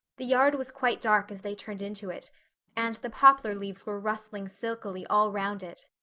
the yard was quite dark as they turned into it and the poplar leaves were rustling silkily all round it.